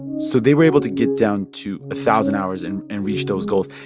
so they were able to get down to a thousand hours and and reach those goals.